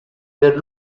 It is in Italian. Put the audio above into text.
per